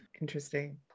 Interesting